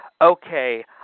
Okay